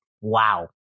wow